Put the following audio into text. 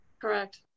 Correct